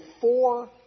four